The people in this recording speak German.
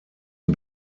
die